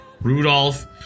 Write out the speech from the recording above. Rudolph